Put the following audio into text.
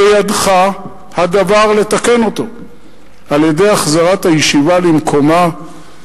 בידך הדבר לתקן אותו על-ידי החזרת הישיבה למקומה,